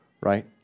right